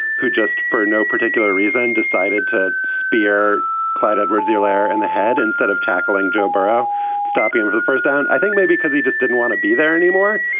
who just for no particular reason decided to spear clyde edwards's lair and the head instead of tackling joe baro stopping in the first down. i think maybe because he just didn't want to be there anymore.